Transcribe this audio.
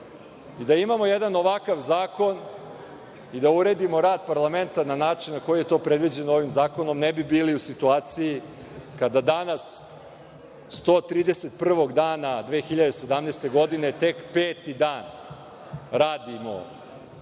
rada. Da imamo jedan ovakav zakon i da uredimo rad parlamenta na način na koji je to predviđeno ovim zakonom, ne bi bili u situaciji kada danas, 131 dana 2017. godine, tek peti dan radimo